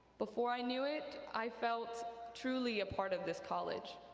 before i knew it, i felt truly a part of this college,